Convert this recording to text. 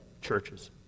churches